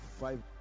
Five